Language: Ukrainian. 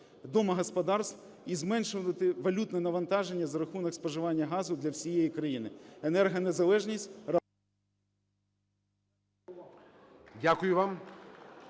домогосподарств і зменшувати валютне навантаження за рахунок споживання газу для всієї країни. Енергонезалежність… ГОЛОВУЮЧИЙ. Дякую вам.